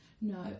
No